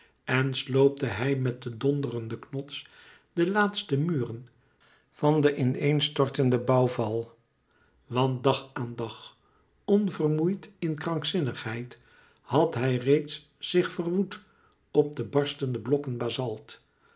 en sloopte hij met den donderenden knots de laatste muren van den in een stortenden bouwval want dag aan dag onvermoeid in krankzinnigheid had hij reeds zich verwoed op de barstende blokken